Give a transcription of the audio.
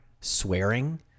swearing